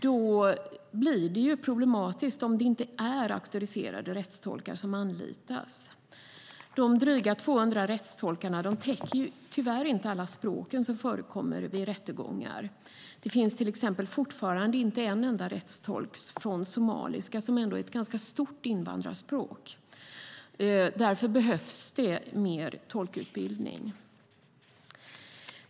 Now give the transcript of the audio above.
Det blir problematiskt om det inte är auktoriserade rättstolkar som anlitas. De drygt 200 rättstolkarna täcker tyvärr inte alla språk som förekommer vid rättegångar. Det finns till exempel fortfarande inte en enda rättstolk från somaliska, som ändå är ett ganska stort invandrarspråk. Därför behövs det mer tolkutbildning.